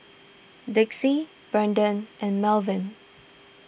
Dixie Braden and Melvin